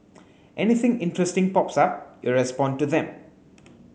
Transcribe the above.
anything interesting pops up you respond to them